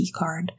keycard